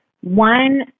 one